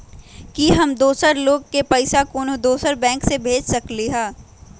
कि हम दोसर लोग के पइसा कोनो दोसर बैंक से भेज सकली ह?